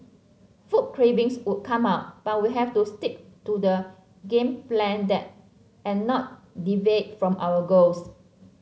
food cravings would come up but we have to stick to the game plan and not deviate from our goals